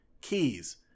keys